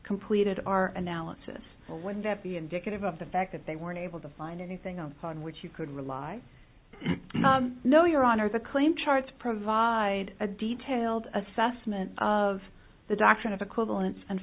completed our analysis or would that be indicative of the fact that they were unable to find anything on which you could rely no your honor the claim charts provide a detailed assessment of the doctrine of equivalence and